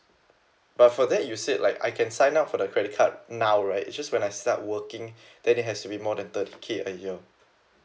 but for that you said like I can sign up for the credit card now right it's just when I start working then it has to be more than thirty K a year